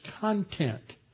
content